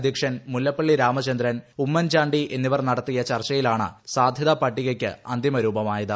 അധ്യക്ഷൻ മുല്ലപ്പള്ളി രാമചന്ദ്രൻ ഉമ്മൻചാണ്ടി എന്നിവർ നടത്തിയ ചർച്ചയിലാണ് സാധ്യതാ പട്ടികയ്ക്ക് അന്തിമ രൂപമായത്